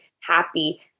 happy